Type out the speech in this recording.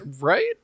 Right